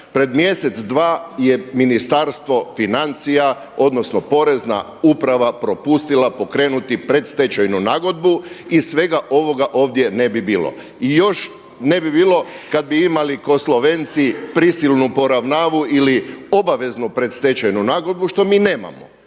Pred mjesec, dva je Ministarstvo financija odnosno Porezna uprava propustila pokrenuti predstečajnu nagodbu i svega ovoga ovdje ne bi bilo. I još ne bi bilo kada bi imali ko Slovenci prisilnu poravnavu ili obaveznu predstečajnu nagodbu, što mi nemamo,